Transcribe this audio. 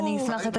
נושא נוסף?